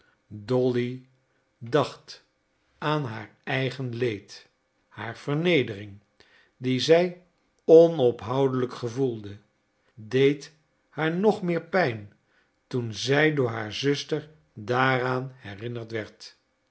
dolly dacht aan haar eigen leed haar vernedering die zij onophoudelijk gevoelde deed haar nog meer pijn toen zij door haar zuster daaraan herinnerd werd